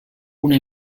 una